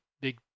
big